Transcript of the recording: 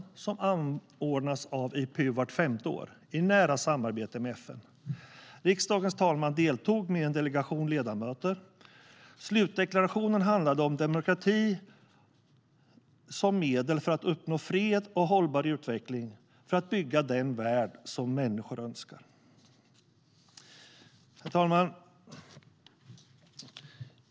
Talmansmöten anordnas av IPU vart femte år, i nära samarbete med FN. Riksdagens talman deltog med en delegation ledamöter. Slutdeklarationen handlade om demokrati som medel för att uppnå fred och hållbar utveckling, för att bygga den värld som människor önskar. Herr talman!